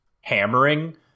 hammering